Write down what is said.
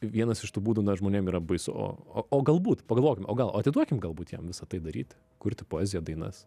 vienas iš tų būdų na žmonėm yra baisu o o galbūt pagalvokime o gal atiduokim galbūt jam visa tai daryt kurti poeziją dainas